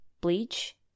Bleach